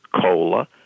cola